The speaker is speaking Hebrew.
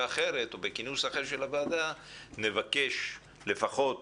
אחרת או בכינוס אחר של הוועדה נבקש לפחות